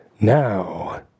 now